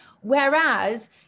Whereas